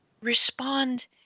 respond